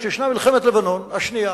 כשישנה מלחמת לבנון השנייה